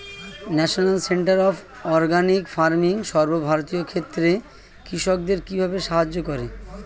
National centre of organic farming সর্বভারতীয় ক্ষেত্রে কৃষকদের কিভাবে সাহায্য করে?